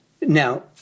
Now